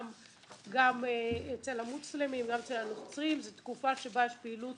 גם אצל המוסלמים והנוצרים זו תקופה שבה יש פעילות